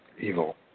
evil